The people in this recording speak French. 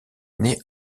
née